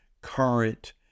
current